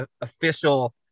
official